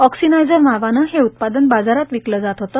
ओक्सीनायझर नावाने हे उत्पादन बाजारात विकले जात होते